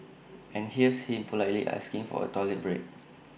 and here's him politely asking for A toilet break